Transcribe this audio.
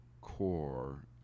core